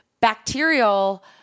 Bacterial